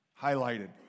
highlighted